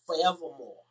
forevermore